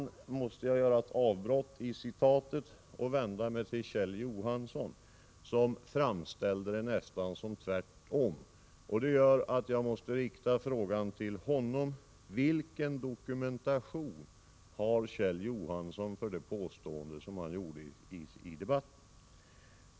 Här måste jag göra ett avbrott i citatet och vända mig till Kjell Johansson, som framställde det som om det vore nästan tvärtom. Det gör att jag måste rikta frågan till honom: Vilken dokumentation har Kjell Johansson till stöd för det påstående han gjorde i debatten?